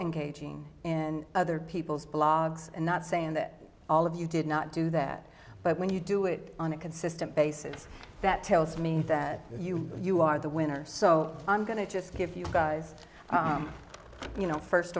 engaging in other people's blogs and not saying that all of you did not do that but when you do it on a consistent basis that tells me that you you are the winners so i'm going to just give you guys you know first